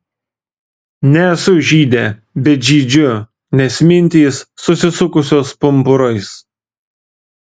nesu žydė bet žydžiu nes mintys susisukusios pumpurais